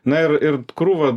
na ir ir krūvą